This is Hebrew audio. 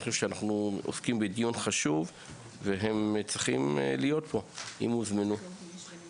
אני חושב שהדיון חשוב והם צריכים להיות פה אם הוזמנו.